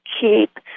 keep